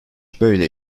böyle